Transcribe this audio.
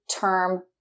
term